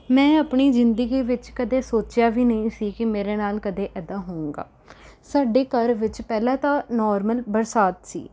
ਮੈਂ ਆਪਣੀ ਜ਼ਿੰਦਗੀ ਵਿੱਚ ਕਦੇ ਸੋਚਿਆ ਵੀ ਨਹੀਂ ਸੀ ਕਿ ਮੇਰੇ ਨਾਲ ਕਦੇ ਇੱਦਾਂ ਹੋਵੇਗਾ ਸਾਡੇ ਘਰ ਵਿੱਚ ਪਹਿਲਾਂ ਤਾਂ ਨੌਰਮਲ ਬਰਸਾਤ ਸੀ